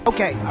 Okay